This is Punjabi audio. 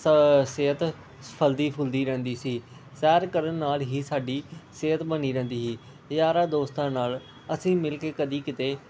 ਸ ਸਿਹਤ ਫਲਦੀ ਫੁਲਦੀ ਰਹਿੰਦੀ ਸੀ ਸੈਰ ਕਰਨ ਨਾਲ ਹੀ ਸਾਡੀ ਸਿਹਤ ਬਣੀ ਰਹਿੰਦੀ ਸੀ ਯਾਰਾਂ ਦੋਸਤਾਂ ਨਾਲ ਅਸੀਂ ਮਿਲ ਕੇ ਕਦੇ ਕਿਤੇ